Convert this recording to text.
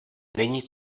není